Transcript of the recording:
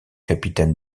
capitaine